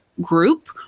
group